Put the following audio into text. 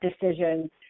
decisions